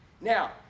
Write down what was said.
now